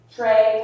Trey